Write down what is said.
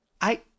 I